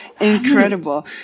incredible